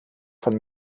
von